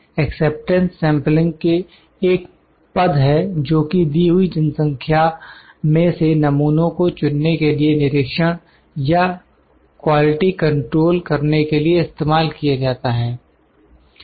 acceptance sampling एक पद है जोकि दी हुई जनसंख्या में से नमूनों को चुनने के लिए निरीक्षण या क्वालिटी कंट्रोल करने के लिए इस्तेमाल किया जाता है